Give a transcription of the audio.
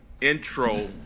intro